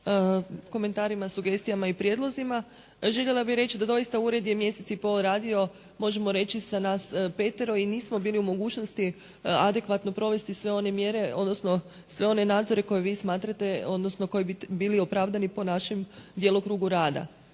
komentarima, sugestijama i prijedlozima. Željela bih reći da doista ured je mjesec i pol radio, možemo reći sa nas petero i nismo bili u mogućnosti adekvatno provesti sve one mjere, odnosno sve one nadzore koje vi smatrate, odnosno koji bi bili opravdani po našem djelokrugu rada.